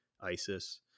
ISIS